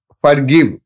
forgive